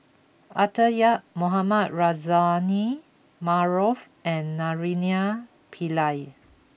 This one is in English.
Arthur Yap Mohamed Rozani Maarof and Naraina Pillai